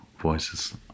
Voices